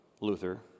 Luther